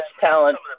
talent